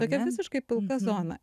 tokia visiškai pilka zona